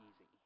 easy